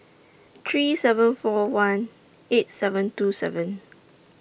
three seven four one eight seven two seven